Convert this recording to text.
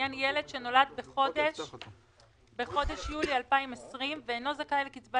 לעניין ילד שנולד בחודש יולי 2020 ואינו זכאי לקצבת